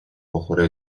بخوره